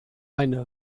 eine